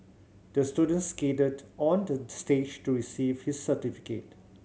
the student skated on the stage to receive his certificate